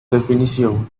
definición